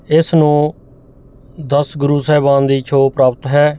ਇਸ ਨੂੰ ਦਸ ਗੁਰੂ ਸਾਹਿਬਾਨ ਦੀ ਛੋਹ ਪ੍ਰਾਪਤ ਹੈ